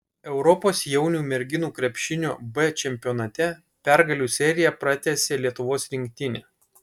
europos jaunių merginų krepšinio b čempionate pergalių seriją pratęsė lietuvos rinktinė